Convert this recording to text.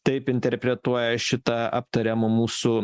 taip interpretuoja šitą aptariamo mūsų